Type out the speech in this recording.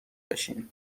بشین